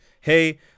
Hey